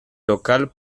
local